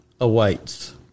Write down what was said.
awaits